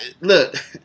look